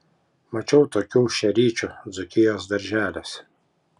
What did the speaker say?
mačiau tokių šeryčių dzūkijos darželiuose